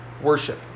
worship